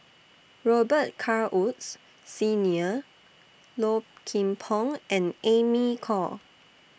Robet Carr Woods Senior Low Kim Pong and Amy Khor